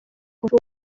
kuvuga